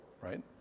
right